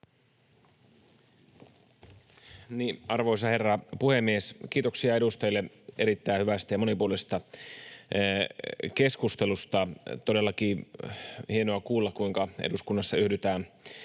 Arvoisa herra puhemies! Kiitoksia edustajille erittäin hyvästä ja monipuolisesta keskustelusta. Todellakin hienoa kuulla, kuinka eduskunnassa yhdytään